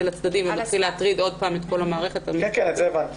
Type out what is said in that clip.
זה לצדדים ומתחיל להטריד עוד פעם את כל המערכת המשפטית.